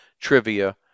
trivia